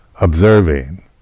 observing